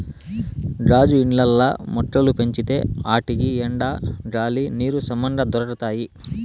గాజు ఇండ్లల్ల మొక్కలు పెంచితే ఆటికి ఎండ, గాలి, నీరు సమంగా దొరకతాయి